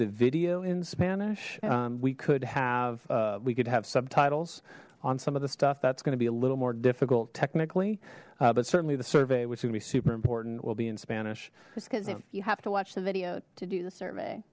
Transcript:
the video in spanish we could have we could have subtitles on some of the stuff that's going to be a little more difficult technically but certainly the survey was gonna be super important will be in spanish because if you have to watch the video to do the survey